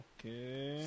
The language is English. Okay